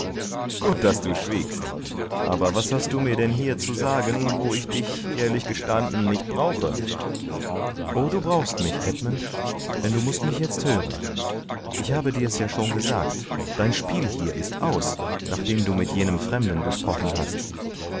gut daß du schwiegst aber was hast du mir denn hier zu sagen wo ich dich ehrlich gestanden nicht brauche o du brauchst mich edmund denn du mußt mich jetzt hören ich habe dir's ja schon gesagt dein spiel hier ist aus nachdem du mit jenem fremden gesprochen hast